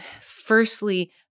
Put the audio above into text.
firstly